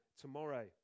tomorrow